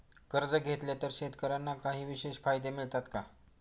कर्ज घेतले तर शेतकऱ्यांना काही विशेष फायदे मिळतात का?